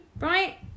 right